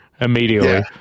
immediately